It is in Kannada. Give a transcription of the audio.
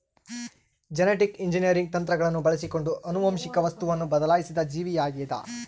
ಜೆನೆಟಿಕ್ ಇಂಜಿನಿಯರಿಂಗ್ ತಂತ್ರಗಳನ್ನು ಬಳಸಿಕೊಂಡು ಆನುವಂಶಿಕ ವಸ್ತುವನ್ನು ಬದಲಾಯಿಸಿದ ಜೀವಿಯಾಗಿದ